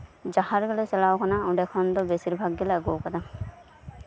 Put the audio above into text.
ᱡᱟᱸᱦᱟ ᱨᱮᱜᱮᱞᱮ ᱪᱟᱞᱟᱣ ᱠᱟᱱᱟ ᱚᱱᱰᱮ ᱠᱷᱚᱱ ᱜᱮ ᱵᱮᱥᱤᱨ ᱵᱷᱟᱜ ᱜᱮᱞᱮ ᱟᱹᱜᱩ ᱠᱟᱫᱟ